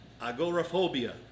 agoraphobia